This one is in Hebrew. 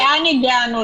לאן הגענו?